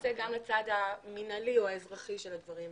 זה גם לצד המנהלי או האזרחי של הדברים.